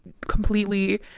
completely